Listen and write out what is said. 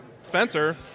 Spencer